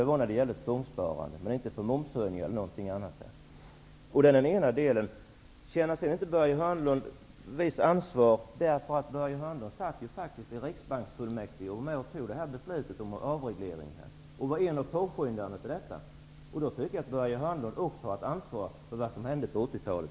Det var när det gällde tvångssparandet. Men de ställde inte upp på momshöjningen eller något annat. Det är den ena delen. Känner inte Börje Hörnlund ett visst ansvar, eftersom Börje Hörnlund faktiskt satt i Riksbanksfullmäktige och var med om att fatta beslutet om avregleringar? Han var en av påskyndarna till detta. Då tycker jag att Börje Hörnlund också har ett ansvar för vad som hände på 80-talet.